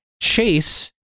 Chase